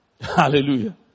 Hallelujah